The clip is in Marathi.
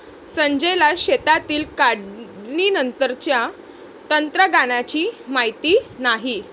संजयला शेतातील काढणीनंतरच्या तंत्रज्ञानाची माहिती नाही